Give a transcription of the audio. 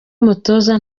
umutoza